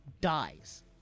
dies